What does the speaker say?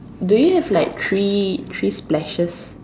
do you have like three three splashes